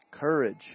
Courage